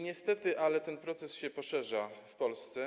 Niestety ten proces się poszerza w Polsce.